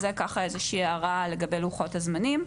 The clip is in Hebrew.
אז ככה זו איזושהי הערה לגבי לוחות הזמנים.